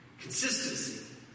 Consistency